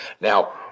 Now